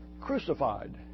crucified